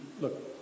look